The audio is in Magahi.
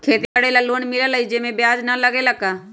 खेती करे ला लोन मिलहई जे में ब्याज न लगेला का?